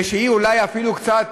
שאולי אפילו קצת